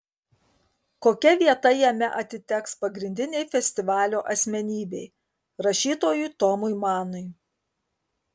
kokia vieta jame atiteks pagrindinei festivalio asmenybei rašytojui tomui manui